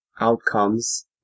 outcomes